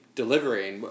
delivering